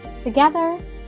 Together